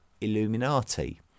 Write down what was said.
Illuminati